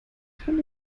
kann